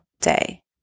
day